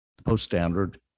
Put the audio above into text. post-standard